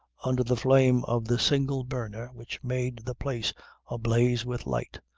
under the flame of the single burner which made the place ablaze with light,